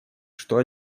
что